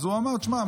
אז הוא אמר: שמע,